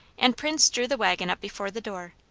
and prince drew the waggon up before the door.